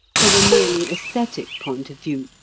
from a merely aesthetic point of view,